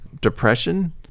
depression